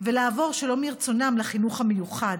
ולעבור שלא מרצונן לחינוך המיוחד,